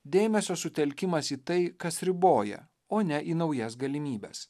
dėmesio sutelkimas į tai kas riboja o ne į naujas galimybes